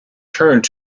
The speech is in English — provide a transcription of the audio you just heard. turned